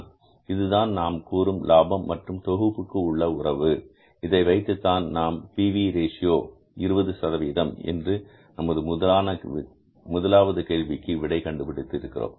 இதுதான் நாம் கூறும் லாபம் மற்றும் தொகுப்புக்கு உள்ள உறவு இதை வைத்துத்தான் நாம் P V ratio PV Ratio 20 என்று நமது முதலாவது கேள்விக்கு விடை கண்டுபிடித்து இருக்கிறோம்